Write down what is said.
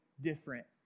different